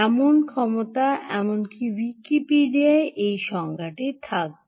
এমন ক্ষমতা এমনকি উইকিপিডিয়ায় এই সংজ্ঞা থাকবে